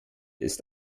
ist